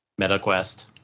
MetaQuest